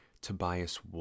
Tobias